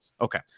Okay